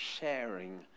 sharing